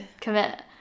commit